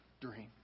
dream